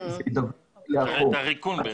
את הריקון.